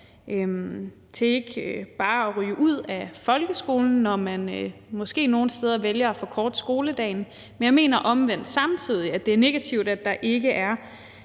til ikke bare at ryge ud af folkeskolen, når man måske nogle steder vælger at forkorte skoledagen, men jeg mener omvendt samtidig, at det er negativt, at der ikke er